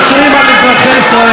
תרעננו קצת.